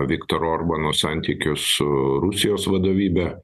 viktoro orbano santykius su rusijos vadovybe